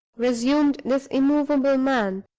resumed this immovable man,